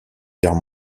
guerre